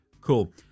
Cool